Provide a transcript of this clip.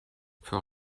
für